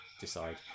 decide